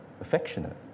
affectionate